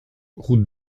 route